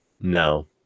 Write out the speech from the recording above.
No